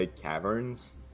caverns